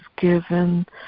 given